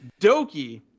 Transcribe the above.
Doki